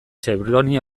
chevroni